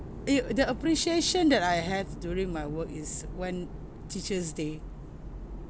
it the appreciation that I have during my work is when teacher's day